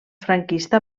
franquista